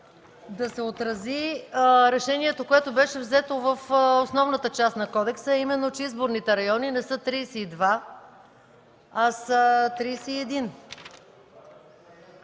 да се отрази решението, което беше взето в основната част на Кодекса, а именно, че изборните райони не са 32, а са 31,